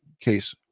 case